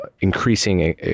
increasing